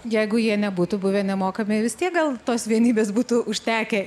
jeigu jie nebūtų buvę nemokami vis tiek gal tos vienybės būtų užtekę